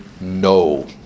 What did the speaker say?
no